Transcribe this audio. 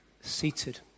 seated